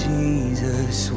Jesus